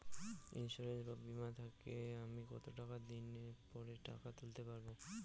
Insurance বা বিমা থেকে আমি কত দিন পরে টাকা তুলতে পারব?